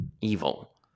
evil